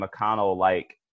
McConnell-like